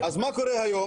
אז מה קורה היום,